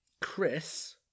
Chris